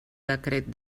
decret